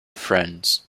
friends